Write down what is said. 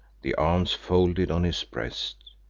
the arms folded on his breast.